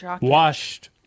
washed